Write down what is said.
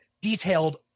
detailed